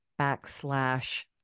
backslash